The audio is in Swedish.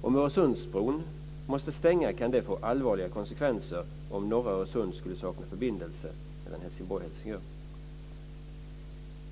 Om Öresundsbron måste stängas kan det få allvarliga konsekvenser om norra Öresund skulle sakna förbindelse mellan Helsingborg och